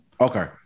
Okay